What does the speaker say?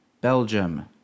Belgium